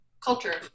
culture